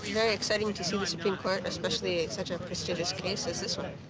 very excited to see the supreme court especially in such a prestigious case as this one